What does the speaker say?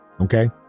Okay